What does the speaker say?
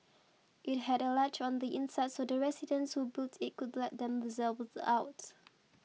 it had a latch on the inside so the residents who built it could let themselves out